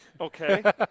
okay